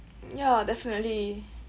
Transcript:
ya definitely